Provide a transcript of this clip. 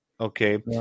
Okay